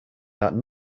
that